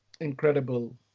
incredible